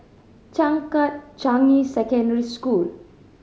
Changkat Changi Secondary School